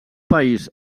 país